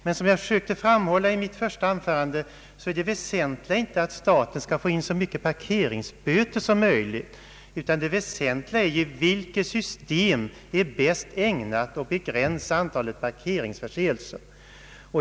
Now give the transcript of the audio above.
Men som jag försökte framhålla i mitt första anförande så är det väsentliga inte att staten skall få in så mycket parkeringsböter som möjligt, utan vilket system som bäst är ägnat att begränsa antalet parkeringsförseelser.